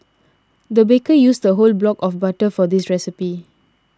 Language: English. the baker used a whole block of butter for this recipe